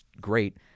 great